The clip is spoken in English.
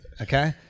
Okay